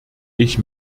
ich